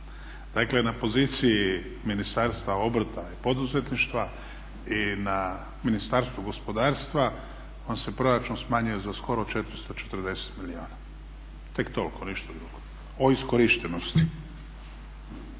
Dakle na poziciji Ministarstva obrta i poduzetništva i na Ministarstvu gospodarstva vam se proračun smanjio za skoro 440 milijuna. Tek toliko, ništa drugo. O iskorištenosti.